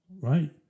right